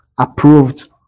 approved